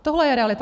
Tohle je realita.